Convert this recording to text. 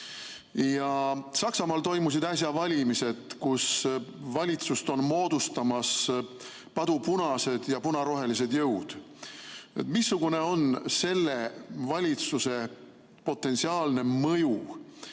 Saksamaal toimusid äsja valimised, kus valitsust on moodustamas padupunased ja punarohelised jõud. Missugune on selle valitsuse potentsiaalne mõju